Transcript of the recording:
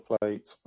Plate